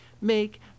make